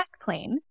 backplane